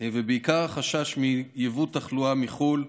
ובעיקר החשש מיבוא תחלואה מחו"ל,